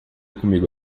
comigo